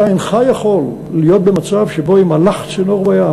אתה אינך יכול להיות במצב שבו אם הלך צינור בים,